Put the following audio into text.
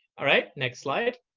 all right, next slide.